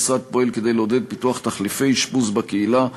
המשרד פועל כדי לעודד פיתוח תחליפי אשפוז בקהילה,